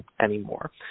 anymore